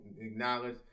acknowledge